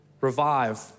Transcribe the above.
revive